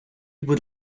будь